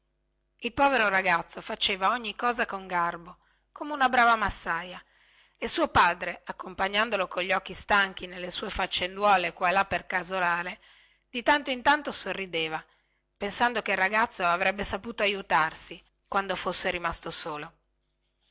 il povero ragazzo faceva ogni cosa con garbo come una brava massaia e suo padre accompagnandolo cogli occhi stanchi nelle sue faccenduole qua e là pel casolare di tanto in tanto sorrideva pensando che il ragazzo avrebbe saputo aiutarsi quando fosse rimasto solo